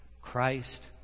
Christ